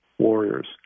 warriors